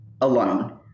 alone